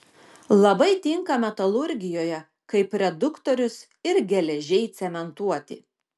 labai tinka metalurgijoje kaip reduktorius ir geležiai cementuoti